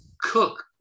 Cook